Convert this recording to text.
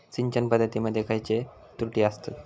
सिंचन पद्धती मध्ये खयचे त्रुटी आसत?